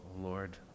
Lord